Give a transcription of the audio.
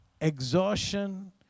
exhaustion